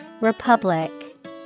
Republic